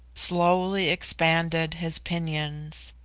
slowly expanded his pinions.